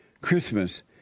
Christmas